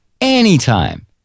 anytime